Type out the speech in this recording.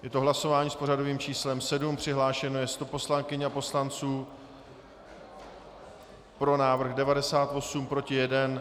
Je to hlasování s pořadovým číslem 7, přihlášeno je 100 poslankyň a poslanců, pro návrh 98, proti 1.